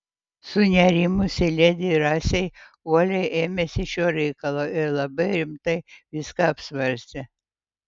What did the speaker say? sunerimusi ledi rasei uoliai ėmėsi šio reikalo ir labai rimtai viską apsvarstė